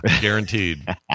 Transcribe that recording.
Guaranteed